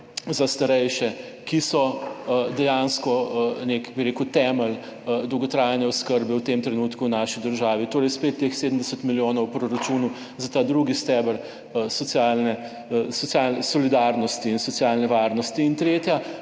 za starejše, ki so dejansko nek temelj dolgotrajne oskrbe v tem trenutku v naši državi. Torej, spet teh 70 milijonov v proračunu za ta drugi steber socialne solidarnosti in socialne varnosti. In tretja